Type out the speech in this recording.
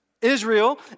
Israel